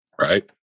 right